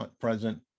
present